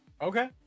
Okay